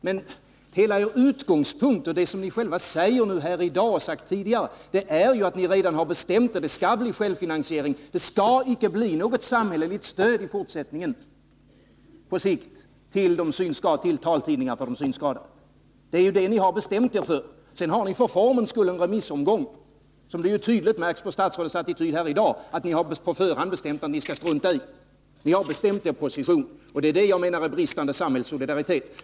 Men hela utgångspunkten — och det gäller både vad ni säger här i dag och vad ni sagt tidigare — är ju att ni redan har bestämt er: det skall bli självfinansiering och inte något samhälleligt stöd på sikt till taltidningar för de synskadade. Det är ju detta som ni har bestämt er för. För formens skull har ni en remissomgång som ni kommer att strunta i — det märks ju tydligt på statsrådets attityd i dag. Ni har alltså bestämt er position och det är, enligt min mening, fråga om bristande samhällssolidaritet.